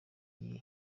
iyihe